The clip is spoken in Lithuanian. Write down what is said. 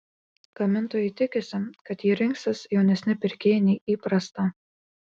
gamintojai tikisi kad jį rinksis jaunesni pirkėjai nei įprasta